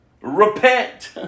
Repent